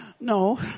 No